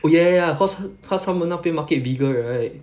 oh ya ya ya caus~ cause 他们那边 market bigger right